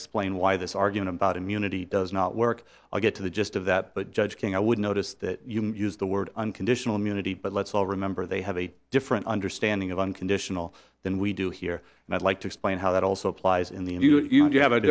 explain why this argument about immunity does not work i'll get to the gist of that but judge king i would notice that you used the word unconditional immunity but let's all remember they have a different understanding of unconditional than we do here and i'd like to explain how that also applies in the if you don't you have a